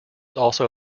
also